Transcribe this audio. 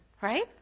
right